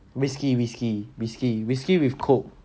whisky whiskey whiskey whiskey with coke